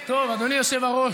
גם, אדוני היושב-ראש,